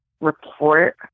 report